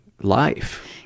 life